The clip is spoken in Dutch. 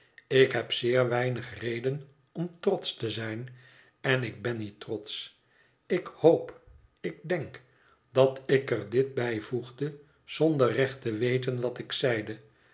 ik heb zeer weinig reden om trotschte zijn en ik ben niet trotsch ik hoop ik denk dat ik er dit bijvoegde zonder recht te weten wat ik zeide